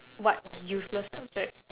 what useless subject